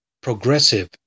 progressive